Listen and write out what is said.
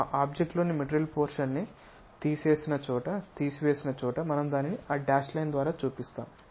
ఆ ఆబ్జెక్ట్ లోని material portion ని తీసివేసిన చోట మనం దానిని ఆ డాష్ లైన్ ద్వారా చూపిస్తాము